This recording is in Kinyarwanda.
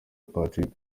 patrick